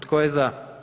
Tko je za?